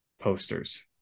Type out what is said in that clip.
posters